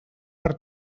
per